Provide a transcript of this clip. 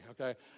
okay